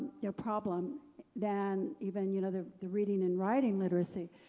you know, problem than even, you know, the the reading and writing literacy.